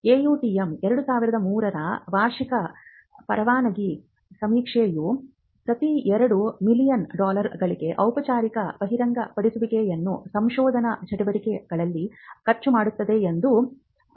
AUTM 2003 ರ ವಾರ್ಷಿಕ ಪರವಾನಗಿ ಸಮೀಕ್ಷೆಯು ಪ್ರತಿ 2 ಮಿಲಿಯನ್ ಡಾಲರ್ಗಳಿಗೆ ಔಪಚಾರಿಕ ಬಹಿರಂಗಪಡಿಸುವಿಕೆಯನ್ನು ಸಂಶೋಧನಾ ಚಟುವಟಿಕೆಗಳಲ್ಲಿ ಖರ್ಚುಮಾಡುತ್ತದೆ ಎಂದು ಅಂದಾಜಿಸಿದೆ